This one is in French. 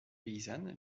paysanne